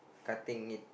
cutting it